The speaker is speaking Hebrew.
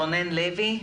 רונן לוי.